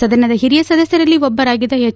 ಸದನದ ಹಿರಿಯ ಸದಸ್ಕರಲ್ಲಿ ಒಬ್ಬರಾಗಿದ್ದ ಎಚ್